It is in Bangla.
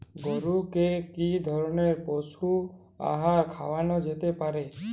গরু কে কি ধরনের পশু আহার খাওয়ানো যেতে পারে?